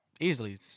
Easily